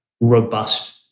robust